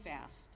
fast